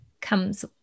comes